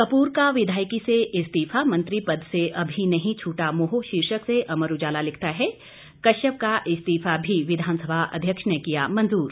कपूर का विधायकी से इस्तीफा मंत्री पद से अभी नहीं छूटा मोह शीर्षक से अमर उजाला लिखता है कश्यप का इस्तीफा भी विधानसभा अध्यक्ष ने किया मंजूर